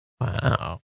Wow